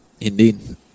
Indeed